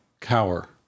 cower